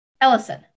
Ellison